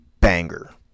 Banger